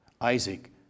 Isaac